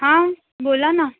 हां बोला ना